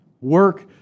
Work